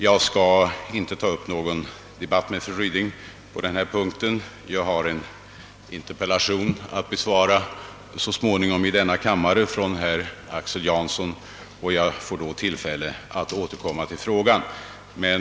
Jag skall inte ta upp någon debatt med fru Ryding på denna punkt, eftersom jag så småningom i denna kammare skall besvara en interpellation av herr Axel Jansson och då får tillfälle att återkomma till frågan.